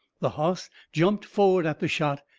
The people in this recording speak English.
the hoss jumped forward at the shot,